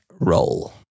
roll